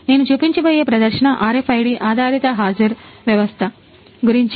నేను చూపించబోయే ప్రదర్శన RFID ఆధారిత హాజరు వ్యవస్థ గురించి